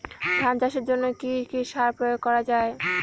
ধান চাষের জন্য কি কি সার প্রয়োগ করা য়ায়?